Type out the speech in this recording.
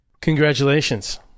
congratulations